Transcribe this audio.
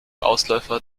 ausläufer